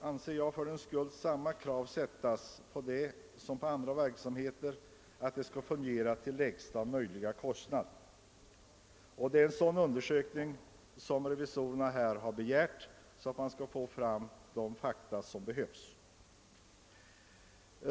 enligt min mening samma krav ställas på lägsta driftkostnad som då det gäller andra verksamheter, och genom den av revisorerna begärda undersökningen vill man få fram nödvändiga fakta.